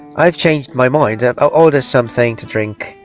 i've changed my mind! i'll order something to drink!